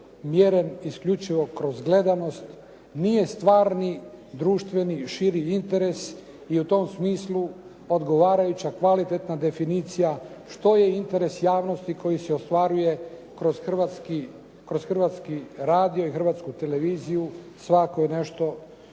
mjeren isključivo kroz gledanost. Nije stvarni društveni i širi interes i u tom smislu odgovarajuća kvalitetna definicija što je interes javnosti koji se ostvaruje kroz Hrvatski radio i Hrvatsku televiziju, svakako nešto